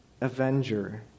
avenger